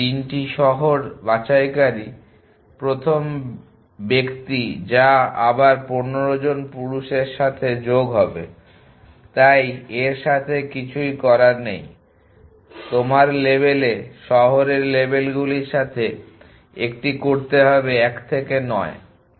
3টি শহর বাছাইকারী প্রথম ব্যক্তি যা আবার 15 জন পুরুষের সাথে যোগ হবে তাই এর সাথে কিছুই করার নেই তোমার লেবেলে শহরের লেবেলগুলির সাথে একটি করতে হবে 1 থেকে 9